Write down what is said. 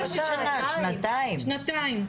שנתיים.